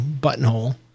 buttonhole